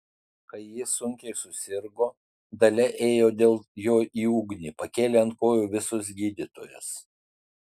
kai jis sunkiai susirgo dalia ėjo dėl jo į ugnį pakėlė ant kojų visus gydytojus